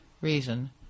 reason